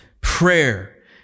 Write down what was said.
prayer